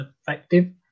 effective